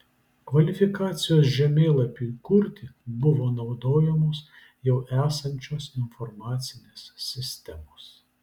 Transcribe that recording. kvalifikacijos žemėlapiui kurti buvo naudojamos jau esančios informacinės sistemos